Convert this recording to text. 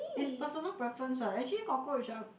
is personal preference what actually cockroach are